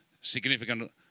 significant